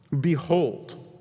Behold